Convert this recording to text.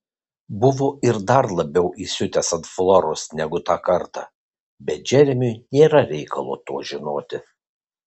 buvo ir dar labiau įsiutęs ant floros negu tą kartą bet džeremiui nėra reikalo to žinoti